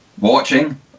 watching